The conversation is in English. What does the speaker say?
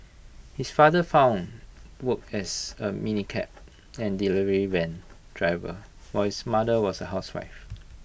his father found work as A minicab and delivery van driver while his mother was A housewife